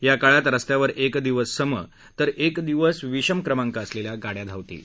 या काळात रस्त्यावर एक दिवस सम तर एक दिवस विषम क्रमांक असलेल्या गाड्या धावतील